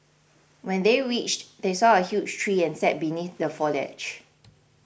when they reached they saw a huge tree and sat beneath the foliage